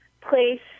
place